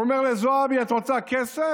הוא אומר לזועבי: את רוצה כסף?